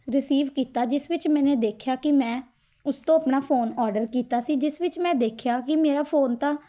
receive ਕੀਤਾ ਜਿਸ ਵਿੱਚ ਮੈਨੇ ਦੇਖਿਆ ਕਿ ਮੈਂ ਉਸ ਤੋਂ ਆਪਣਾ ਫ਼ੋਨ ਔਡਰ ਕੀਤਾ ਸੀ ਜਿਸ ਵਿੱਚ ਮੈਂ ਦੇਖਿਆ ਕਿ ਮੇਰਾ ਫ਼ੋਨ ਤਾਂ